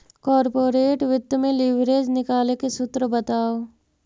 corporate वित्त में leverage निकाले के सूत्र बताओ